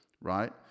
right